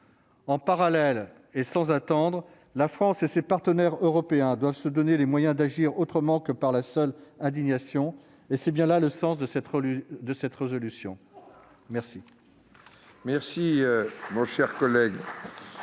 En parallèle et sans attendre, la France et ses partenaires européens doivent se donner les moyens d'agir autrement que par la seule indignation. C'est tout le sens de cette résolution. La